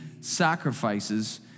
sacrifices